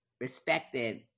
respected